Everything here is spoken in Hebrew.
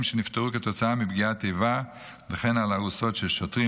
שנפטרו כתוצאה מפגיעת איבה וכן על ארוסות של שוטרים,